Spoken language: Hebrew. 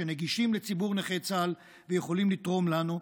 שנגישים לציבור נכי צה"ל ויכולים לתרום לנו.